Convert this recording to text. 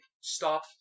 stop